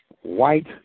white